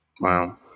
Wow